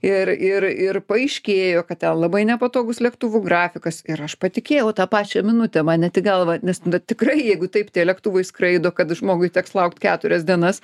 ir ir ir paaiškėjo kad ten labai nepatogus lėktuvų grafikas ir aš patikėjau tą pačią minutę man net į tik galvą nes nu tikrai jeigu taip tie lėktuvai skraido kad žmogui teks laukt keturias dienas